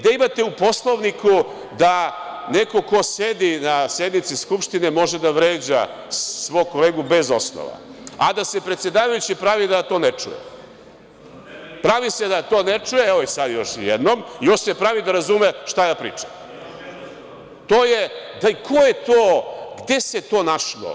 Da imate u Poslovniku da neko ko sedi na sednici Skupštine može da vređa svog kolegu bez osnova, a da se predsedavajući pravi da to ne čuje? (Srbislav Filipović: Tebe niko ne sluša.) Evo, sad još jednom i još se pravi da razume šta ja pričam. (Srbislav Filipović: Još jednom ćeš da dobiješ.) Gde se to našlo?